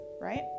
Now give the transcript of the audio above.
right